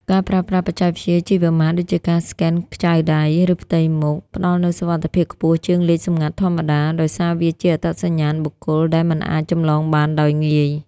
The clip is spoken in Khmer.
ការប្រើប្រាស់បច្ចេកវិទ្យា ជីវមាត្រ ដូចជាការស្កែនខ្ចៅដៃ ឬផ្ទៃមុខ ផ្ដល់នូវសុវត្ថិភាពខ្ពស់ជាងលេខសម្ងាត់ធម្មតា ដោយសារវាជាអត្តសញ្ញាណបុគ្គលដែលមិនអាចចម្លងបានដោយងាយ។